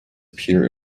appear